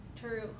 True